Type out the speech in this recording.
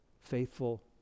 faithful